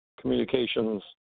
communications